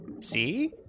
See